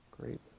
Great